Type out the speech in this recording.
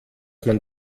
man